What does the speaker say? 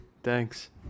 thanks